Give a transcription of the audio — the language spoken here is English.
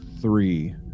three